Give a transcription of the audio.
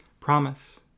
Promise